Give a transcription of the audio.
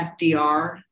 FDR